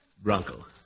Bronco